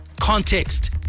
context